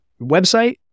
website